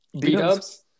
beat-ups